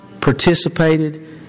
participated